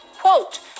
Quote